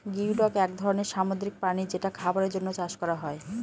geoduck এক ধরনের সামুদ্রিক প্রাণী যেটা খাবারের জন্য চাষ করা হয়